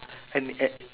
and at